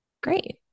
great